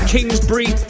Kingsbury